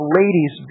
ladies